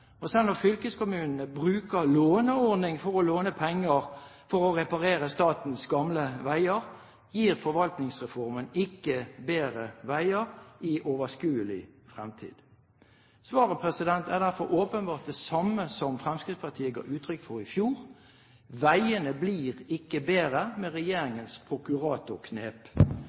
og selv når fylkeskommunene bruker låneordningen for å låne penger for å reparere statens gamle veier, gir ikke Forvaltningsreformen bedre veier i overskuelig fremtid. Svaret er derfor åpenbart det samme som det Fremskrittspartiet ga uttrykk for i fjor: Veiene blir ikke bedre med regjeringens prokuratorknep.